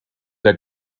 der